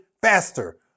faster